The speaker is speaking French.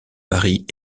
paris